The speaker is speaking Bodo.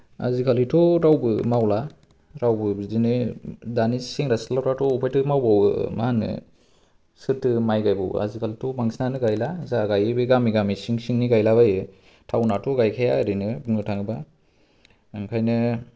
आजिखालिथ' रावबो मावला रावबो बिदिनो दानि सेंग्रा सिख्लाफ्राथ' अबेहायथ' मावबावो मा होनो सोरथो माइ गायबावो आजिखालिथ' बांसिनानो गायला जा गायो बे गामि गामि सिं सिंनि गायलाबायो टाउननाथ' गायखाया ओरैनो बुंनो थाङोब्ला ओंखायनो